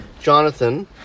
Jonathan